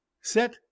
Set